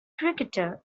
cricketer